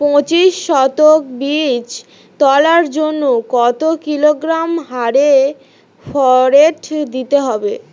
পঁচিশ শতক বীজ তলার জন্য কত কিলোগ্রাম হারে ফোরেট দিতে হবে?